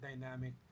dynamic